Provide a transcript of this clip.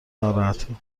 ناراحته